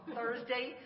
Thursday